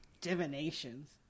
divinations